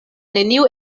neniu